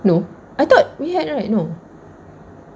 no I thought we had right no